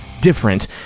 different